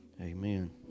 Amen